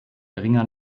geringer